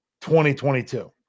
2022